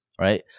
Right